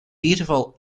beautiful